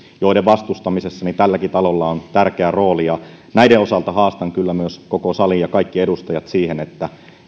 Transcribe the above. vastustamisessa tälläkin talolla on tärkeä rooli näiden osalta haastan kyllä myös koko salin ja kaikki edustajat siihen että